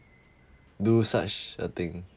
do such a thing